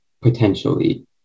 potentially